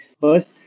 first